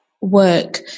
work